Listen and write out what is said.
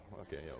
Okay